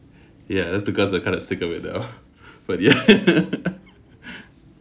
ya that's because I'm kind of sick of it though but ya